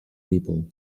people